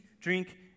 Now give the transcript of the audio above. drink